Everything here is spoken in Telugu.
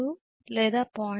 2 లేదా 0